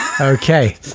Okay